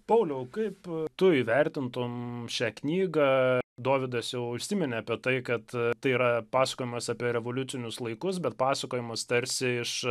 pauliau kaip tu įvertintum šią knygą dovydas jau užsiminė apie tai kad tai yra pasakojimas apie revoliucinius laikus bet pasakojimas tarsi iš